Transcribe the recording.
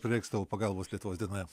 prireiks tavo pagalbos lietuvos dienoje